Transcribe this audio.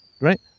right